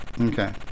Okay